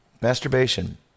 Masturbation